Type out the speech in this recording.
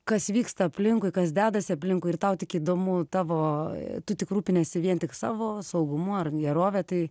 kas vyksta aplinkui kas dedasi aplinkui ir tau tik įdomu tavo tu tik rūpiniesi vien tik savo saugumu ar gerove tai